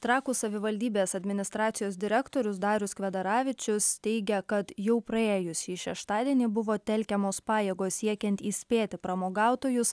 trakų savivaldybės administracijos direktorius darius kvedaravičius teigia kad jau praėjusį šeštadienį buvo telkiamos pajėgos siekiant įspėti pramogautojus